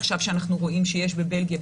עכשיו כשאנחנו רואים שיש בבלגיה,